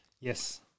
Yes